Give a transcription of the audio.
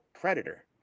predator